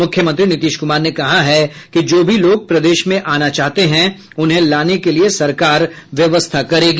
मुख्यमंत्री नीतीश कुमार ने कहा है कि जो भी लोग प्रदेश में आना चाहते हैं उन्हें लाने के लिये सरकार व्यवस्था करेगी